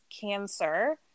cancer